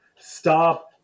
stop